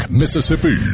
mississippi